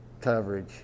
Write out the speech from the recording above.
coverage